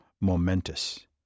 momentous